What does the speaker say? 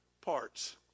parts